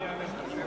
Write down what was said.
אני אעלה להשיב.